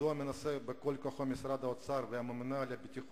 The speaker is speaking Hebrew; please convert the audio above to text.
מדוע מנסה בכל כוחו משרד האוצר והממונה על הביטוח